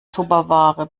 tupperware